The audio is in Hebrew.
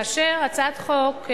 כשהצעת חוק,